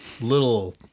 little